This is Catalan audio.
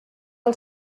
els